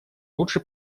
лучше